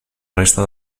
resta